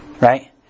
right